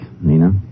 Nina